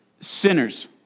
sinners